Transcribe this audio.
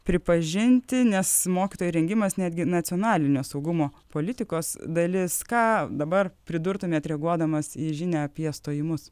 pripažinti nes mokytojų rengimas netgi nacionalinio saugumo politikos dalis ką dabar pridurtumėt reaguodamas į žinią apie stojimus